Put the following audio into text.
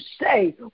say